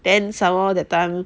then somemore that time